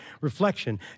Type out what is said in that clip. Reflection